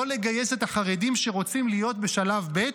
לגייס את החרדים שרוצים להיות בשלב ב'?